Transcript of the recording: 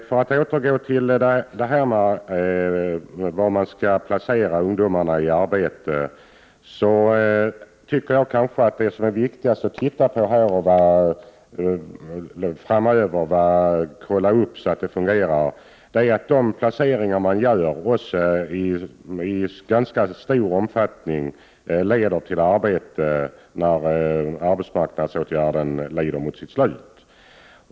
För att återgå till frågan om var man skall placera ungdomarna i arbete, tycker jag att det som är viktigast att titta på och kontrollera framöver är att de placeringar man gör i ganska stor omfattning också leder till arbete när tiden för arbetsmarknadsåtgärden lider mot sitt slut.